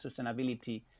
sustainability